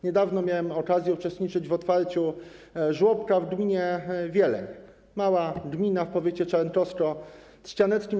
Niedawno miałem okazję uczestniczyć w otwarciu żłobka w gminie Wieleń, małej gminie w powiecie czarnkowsko-trzcianeckim.